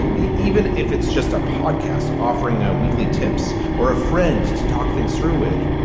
even if it's just a podcast offering a weekly tips or a friend to talk things through with,